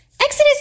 Exodus